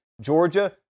Georgia